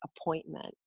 appointment